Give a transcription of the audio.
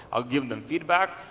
i'll give them feedback.